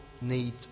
need